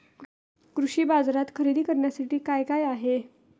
कृषी बाजारात खरेदी करण्यासाठी काय काय आहे?